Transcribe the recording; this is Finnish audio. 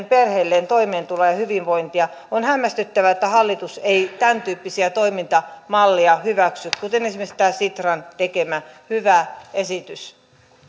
perheilleen toimeentuloa ja hyvinvointia on hämmästyttävää että hallitus ei tämäntyyppisiä toimintamalleja hyväksy kuin esimerkiksi tämä sitran tekemä hyvä esitys